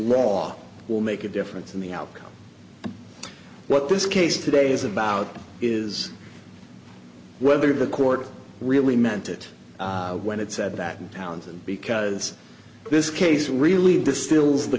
law will make a difference in the outcome what this case today is about is whether the court really meant it when it said that untalented because this case really distills the